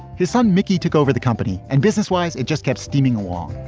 his son, mickey, took over the company and business wise, it just kept steaming along.